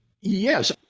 Yes